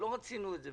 לא רצינו את זה.